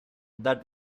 that